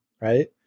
right